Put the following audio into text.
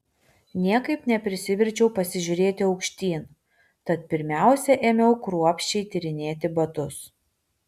niekaip neprisiverčiau pasižiūrėti aukštyn tad pirmiausia ėmiau kruopščiai tyrinėti batus